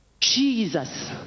Jesus